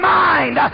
mind